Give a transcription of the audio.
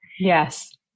Yes